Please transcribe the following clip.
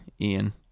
Ian